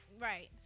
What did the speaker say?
Right